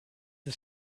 ist